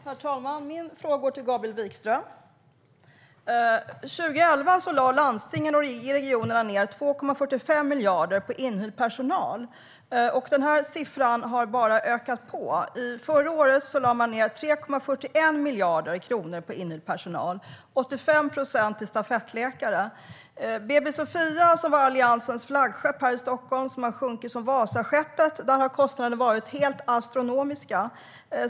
Herr talman! Min fråga går till Gabriel Wikström. År 2011 lade landstingen och regionerna ned 2,45 miljarder kronor på inhyrd personal. Denna siffra har bara ökat. Förra året lade de ned 3,41 miljarder kronor på inhyrd personal - 85 procent till stafettläkare. På BB Sophia, som var Alliansens flaggskepp här i Stockholm och som har sjunkit som Vasaskeppet, har kostnaderna varit helt astronomiska.